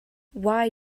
why